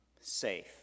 safe